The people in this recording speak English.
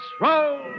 roll